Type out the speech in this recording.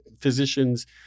physicians